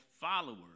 followers